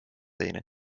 teine